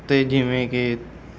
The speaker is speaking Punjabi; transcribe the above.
ਅਤੇ ਜਿਵੇਂ ਕਿ